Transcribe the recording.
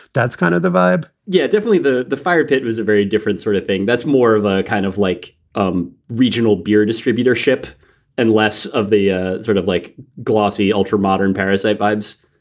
that's kind of the vibe yeah, definitely. the the fire pit was a very different sort of thing. that's more of a kind of like um regional beer distributorship and less of the ah sort of like glossy ultramodern parasite vibes.